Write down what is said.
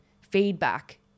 feedback